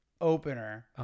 opener